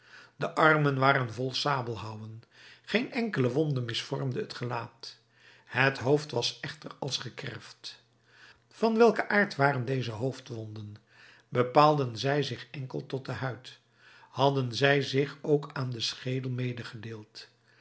de armen waren vol sabelhouwen geen enkele wonde misvormde het gelaat het hoofd was echter als gekerfd van welken aard waren deze hoofdwonden bepaalden zij zich enkel tot de huid hadden zij zich ook aan den schedel